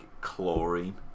chlorine